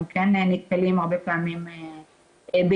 אנחנו כן נתקלים הרבה פעמים בעיכובים,